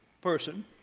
person